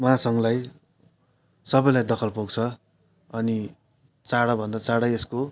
महासङ्घलाई सबैलाई दखल पुग्छ अनि चाँडोभन्दा चाँडै यसको